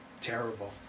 terrible